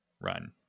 run